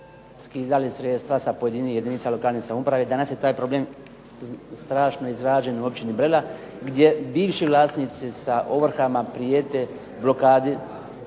skidali sredstva sa pojedinih jedinica lokalne samouprave. Danas je taj problem strašno izražen u općini Brela gdje bivši vlasnici sa ovrhama prijete blokadi,